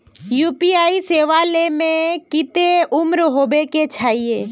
UPI सेवा ले में कते उम्र होबे के चाहिए?